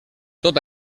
tot